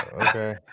okay